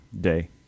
Day